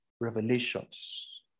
revelations